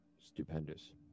stupendous